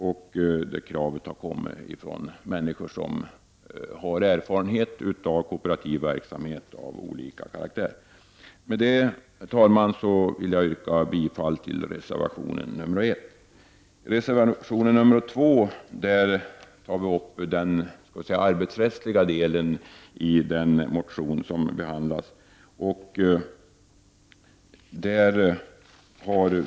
Detta krav har kommit från människor som har erfarenhet av kooperativ verksamhet av olika karaktär. Herr talman! Med detta yrkar jag bifall till reservation nr 1. Reservation nr 2 behandlar den arbetsrättsliga aspekten som behandlas i motionen.